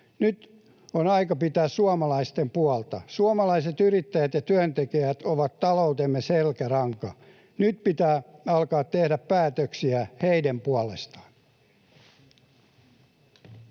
Nyt on aika pitää suomalaisten puolta. Suomalaiset yrittäjät ja työntekijät ovat taloutemme selkäranka. Nyt pitää alkaa tehdä päätöksiä heidän puolestaan.